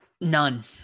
None